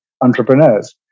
entrepreneurs